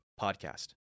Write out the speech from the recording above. Podcast